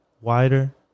wider